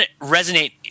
resonate